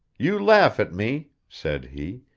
you laugh at me said he,